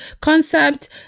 concept